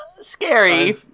Scary